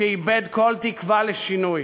שאיבד כל תקווה לשינוי.